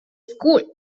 school